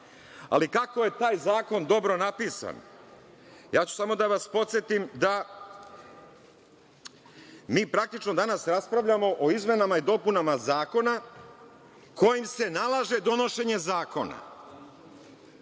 Ali, kako je taj zakon dobro napisan, samo ću da vas podsetim da mi praktično raspravljamo o izmenama i dopunama zakona kojim se nalaže donošenje zakona.